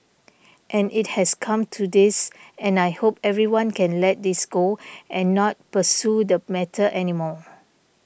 and it has come to this and I hope everyone can let this go and not pursue the matter anymore